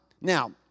Now